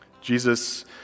Jesus